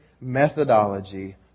methodology